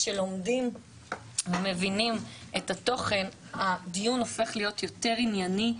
כשלומדים ומבינים את התוכן הדיון הופך להיות יותר ענייני,